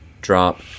drop